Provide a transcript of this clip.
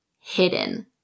hidden